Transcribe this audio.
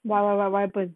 what what what what happen